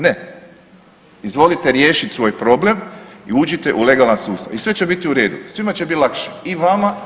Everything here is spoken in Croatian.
Ne, izvolite riješit svoj problem i uđite u legalan sustav i sve će biti u redu, svima će biti lakše i vama i državi.